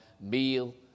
meal